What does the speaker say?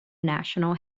national